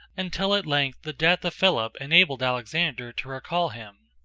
until at length the death of philip enabled alexander to recall him.